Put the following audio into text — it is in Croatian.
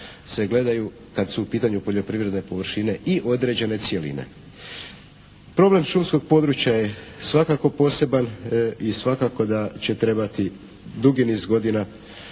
se gledaju kad su u pitanju poljoprivredne površine i određene cjeline. Problem šumskom područja je svakako poseban i svakako da će trebati dugi niz godina